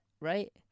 right